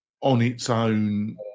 on-its-own